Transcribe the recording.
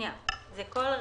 קודם כל,